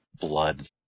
blood